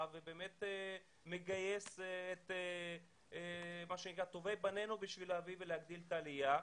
ובאמת מגייס את טובי בנינו כדי להביא ולהגדיל את העלייה.